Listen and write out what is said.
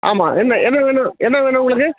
ஆமாம் என்ன என்ன வேணும் என்ன வேணும் உங்களுக்கு